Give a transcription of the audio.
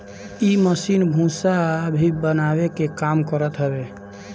इ मशीन भूसा भी बनावे के काम करत हवे